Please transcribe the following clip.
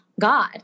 God